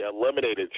eliminated